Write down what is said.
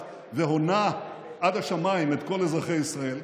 והונה עד השמיים את כל אזרחי ישראל,